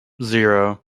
zero